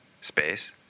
space